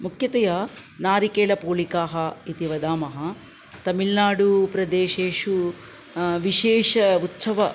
मुख्यतया नारिकेलपोलिकाः इति वदामः तमिल्नाडूप्रदेशेषु विशेषः उत्सवः